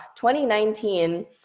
2019